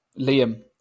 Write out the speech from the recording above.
Liam